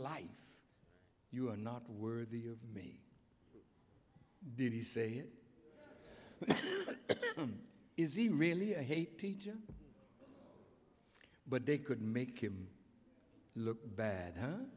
life you are not worthy of me did he say them is he really a hate teacher but they could make him look bad h